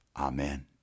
Amen